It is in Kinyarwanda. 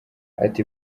ati